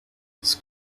its